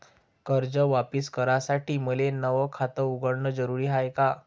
कर्ज वापिस करासाठी मले नव खात उघडन जरुरी हाय का?